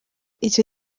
icyo